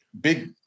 big